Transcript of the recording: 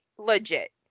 Legit